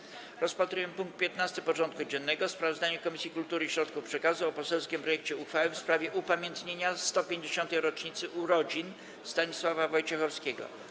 Powracamy do rozpatrzenia punktu 15. porządku dziennego: Sprawozdanie Komisji Kultury i Środków Przekazu o poselskim projekcie uchwały w sprawie upamiętnienia 150. rocznicy urodzin Stanisława Wojciechowskiego.